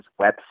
website